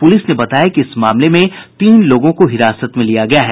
police ने बताया कि इस मामले में तीन लोगों को हिरासत में लिया गया है